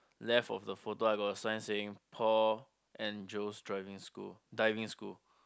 left of the photo I got a sign saying Paul and Joe's Driving School Diving School